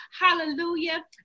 Hallelujah